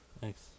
Thanks